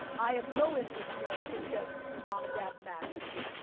i have no interest, kiara, to get your mom and dad mad at me,